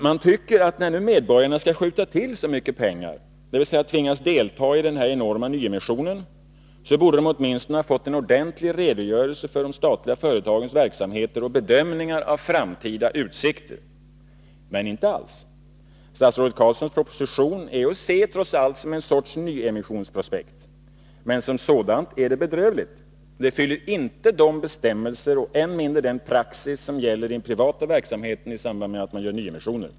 Man tycker att medborgarna, när de nu skall skjuta till så mycket pengar, dvs. tvingas delta i denna enorma nyemission, åtminstone borde ha fått en ordentlig redogörelse för de statliga företagens verksamheter och bedömningar'av framtida utsikter. Men inte alls. Statsrådet Carlssons proposition är trots allt att se som en sorts nyemissionsprospekt. Men som sådant är det bedrövligt. Det motsvarar inte de bestämmelser och än mindre den praxis som gäller i den privata verksamheten i samband med att man gör nyemissioner.